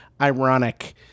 ironic